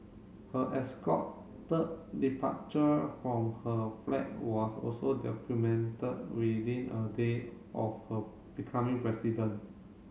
her escorted departure from her flat was also documented within a day of her becoming president